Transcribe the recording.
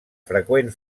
freqüent